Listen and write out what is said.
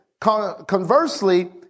Conversely